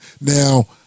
Now